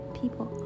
people